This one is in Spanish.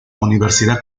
universidad